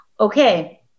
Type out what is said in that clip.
Okay